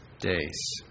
days